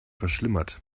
verschlimmert